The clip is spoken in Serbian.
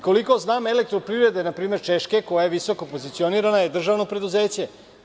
Koliko znam, Elektroprivreda, na primer Češke, koja je visoko pozicionirana državno preduzeće.